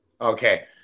Okay